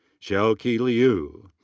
xiaoqi liu.